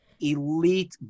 elite